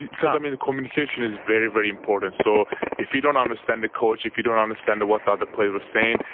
because, i mean, the communication is very, very important. so if you don't understand the coach, if you don't understand what the other player was saying,